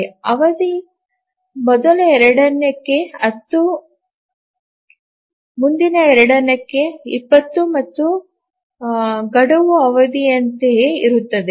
ಅವಧಿ ಮೊದಲ ಎರಡಕ್ಕೆ 10 ಮುಂದಿನ ಎರಡಕ್ಕೆ 20 ಮತ್ತು ಗಡುವು ಅವಧಿಯಂತೆಯೇ ಇರುತ್ತದೆ